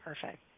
Perfect